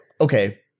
okay